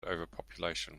overpopulation